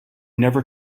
never